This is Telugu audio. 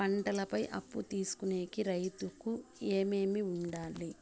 పంటల పై అప్పు తీసుకొనేకి రైతుకు ఏమేమి వుండాలి?